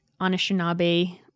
Anishinaabe